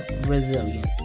resilience